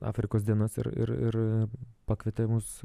afrikos dienas ir ir pakvietė mus